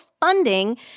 funding